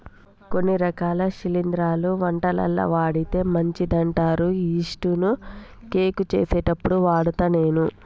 కొన్ని రకాల శిలింద్రాలు వంటలల్ల వాడితే మంచిదంటారు యిస్టు ను కేకులు చేసేప్పుడు వాడుత నేను